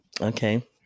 okay